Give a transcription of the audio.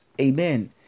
Amen